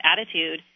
attitude